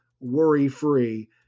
worry-free